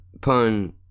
Pun